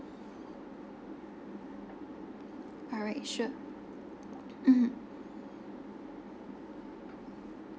alright sure mmhmm